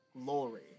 glory